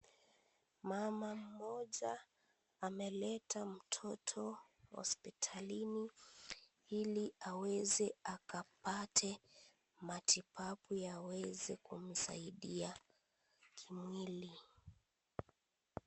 Mama mmoja ameleta mtoto hospitalini, ili aweze akapate matibabu yaweze kumsaidia, kimwili.